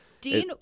Dean